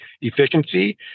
efficiency